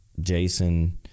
Jason